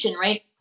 right